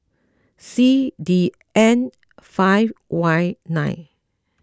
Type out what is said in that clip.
C D N five Y nine